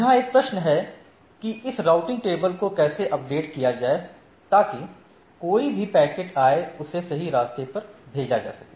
यहां एक प्रश्न है कि इस राउटिंग टेबल को कैसे अपडेट किया जाए ताकि कोई भी पैकेट आए उसे सही रास्ते पर भेजा जा सके